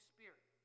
Spirit